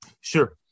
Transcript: Sure